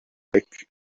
back